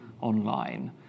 online